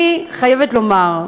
אני חייבת לומר,